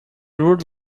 rude